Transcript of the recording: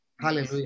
Hallelujah